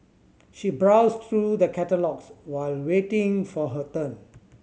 she browsed through the catalogues while waiting for her turn